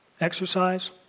exercise